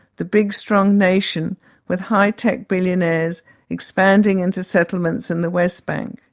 the big strong nation with high tech billionaires expanding into settlements in the west bank.